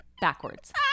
backwards